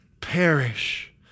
perish